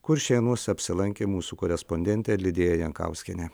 kuršėnuose apsilankė mūsų korespondentė lidija jankauskienė